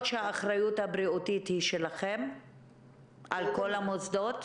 שהאחריות הבריאותית היא שלכם על כל המוסדות?